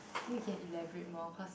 I think you can elaborate more cause